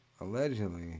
Allegedly